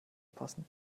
passen